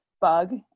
bug